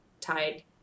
tied